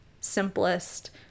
simplest